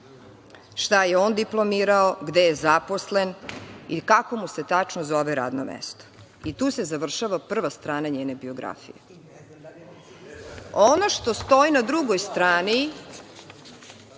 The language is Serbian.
šta je on diplomirao, gde je zaposlen i kako mu se tačno zove radno mesto. Tu se završava prva strana njene biografije. Ono što stoji na drugoj strani,